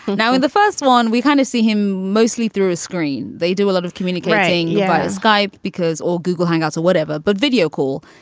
now, in the first one, we kind of see him mostly through a screen. they do a lot of communicating yeah skype because all google hangouts or whatever. but video, cool.